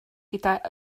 gydag